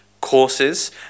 courses